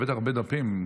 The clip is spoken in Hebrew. הבאת הרבה דפים.